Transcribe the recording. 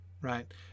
right